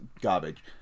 garbage